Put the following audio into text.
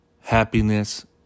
Happiness